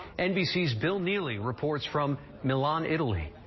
nbc's bill neely reports from milan italy.